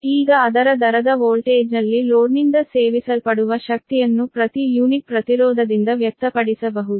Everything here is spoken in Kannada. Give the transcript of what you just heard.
ಈಗ ಅದರ ದರದ ವೋಲ್ಟೇಜ್ನಲ್ಲಿ ಲೋಡ್ನಿಂದ ಸೇವಿಸಲ್ಪಡುವ ಶಕ್ತಿಯನ್ನು ಪ್ರತಿ ಯೂನಿಟ್ ಪ್ರತಿರೋಧದಿಂದ ವ್ಯಕ್ತಪಡಿಸಬಹುದು